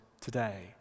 today